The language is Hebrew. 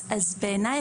אז בעיניי,